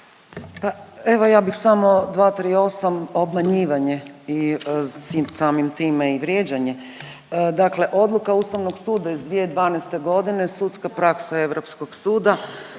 Evo ja bih samo 238., obmanjivanje i samim time i vrijeđanje. Dakle odluka Ustavnog suda iz 2012.g., sudska praksa europskog suda,